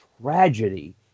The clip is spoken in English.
tragedy